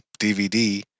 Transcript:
DVD